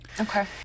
Okay